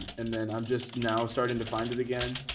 and then i'm just now starting to find it again.